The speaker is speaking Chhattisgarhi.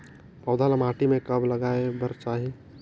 पौधा ल माटी म कब लगाए बर चाही?